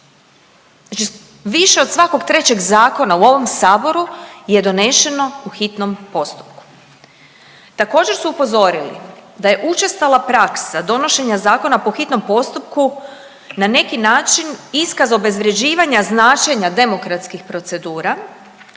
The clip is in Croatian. Znači više od svakog trećeg zakona u ovom Saboru je donešeno u hitnom postupku. Također su upozorili da je učestala praksa donošenja zakona po hitnom postupku na neki način iskaz obezvrjeđivanja značenja demokratskih procedura,